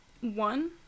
One